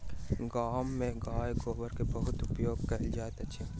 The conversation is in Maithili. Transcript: गाम में गाय गोबर के बहुत उपयोग कयल जाइत अछि